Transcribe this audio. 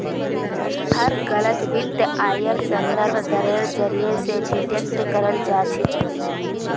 हर गलत वित्तीय आइर संदर्भ दरेर जरीये स डिटेक्ट कराल जा छेक